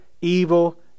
evil